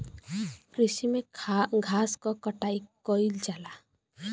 कृषि में घास क कटाई कइल जाला